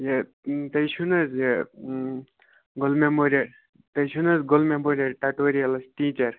یہِ تُہۍ چھُو نہَ حظ یہِ گُل میٚموریا تُہۍ چھُو نہَ حظ گُل میٚموریل ٹٹوریَلَس ٹیٖچَر